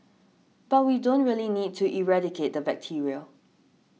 but we don't really need to eradicate the bacteria